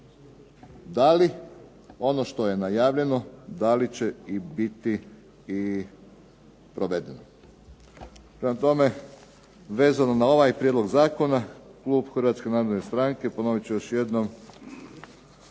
da li ono što je najavljeno da li će i biti i provedeno. Prema tome, vezano na ovaj prijedlog zakona klub Hrvatske narodne stranke ponovit ću još jednom